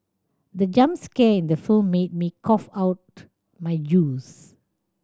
the jump scare in the film made me cough out my juice